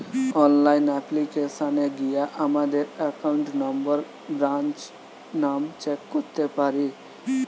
online অ্যাপ্লিকেশানে গিয়া আমাদের একাউন্ট নম্বর, ব্রাঞ্চ নাম চেক করতে পারি